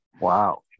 Wow